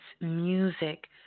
music